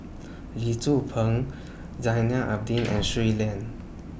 Lee Tzu Pheng Zainal Abidin and Shui Lan